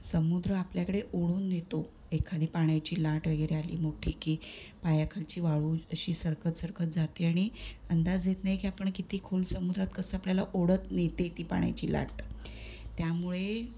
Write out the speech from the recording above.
समुद्र आपल्याकडे ओढून नेतो एखादी पाण्याची लाट वगैरे आली मोठी की पायाखालची वाळू अशी सरकत सरकत जाते आणि अंदाज येत नाही की आपण किती खोल समुद्रात कसं आपल्याला ओढत नेते ती पाण्याची लाट त्यामुळे